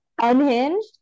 unhinged